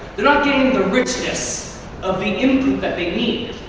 they're not getting the richness of the input that they need.